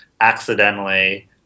accidentally